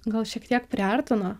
gal šiek tiek priartino